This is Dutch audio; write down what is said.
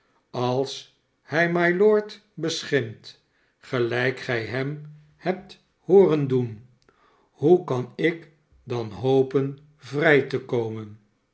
als hij mylord beschimpt gelijk gij hem hebt mijnheer haredale en lord george gordon booren doen hoe kan ik dan hopen vrij te komen